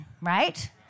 right